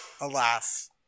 alas